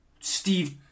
Steve